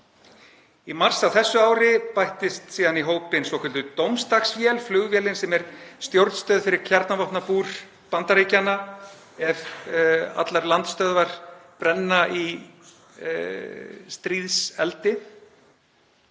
Í mars á þessu ári bættist síðan í hópinn svokölluð dómsdagsvél, flugvélin sem er stjórnstöð fyrir kjarnavopnabúr Bandaríkjanna ef allar landstöðvar brenna í stríðseldi.